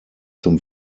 zum